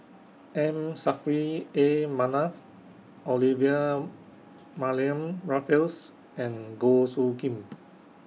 M Saffri A Manaf Olivia Mariamne Raffles and Goh Soo Khim